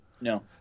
No